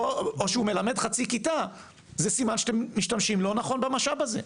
או שהוא מלמד חצי כיתה זה סימן שאתם משתמשים לא נכון במשאב הזה,